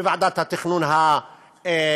בוועדת התכנון המחוזית,